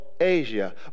Asia